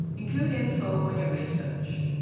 include info on your research.